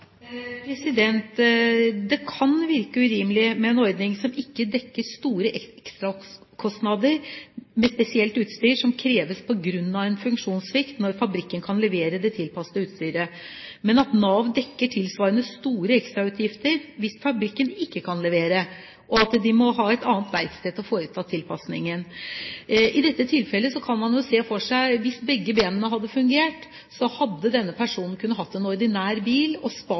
Det kan virke urimelig med en ordning som ikke dekker store ekstrakostnader med spesialutstyr, som kreves på grunn av en funksjonssvikt, når fabrikken kan levere det tilpassede utstyret, men at Nav dekker tilsvarende store ekstrautgifter hvis fabrikken ikke kan levere og må ha et annet verksted til å foreta tilpassingen. I dette tilfellet kan man jo se for seg at hvis begge bena hadde fungert, hadde denne personen kunne hatt en ordinær bil og